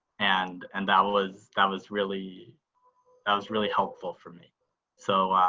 and and that was that was really that was really helpful for me so